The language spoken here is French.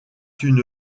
une